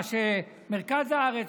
מה שבמרכז הארץ,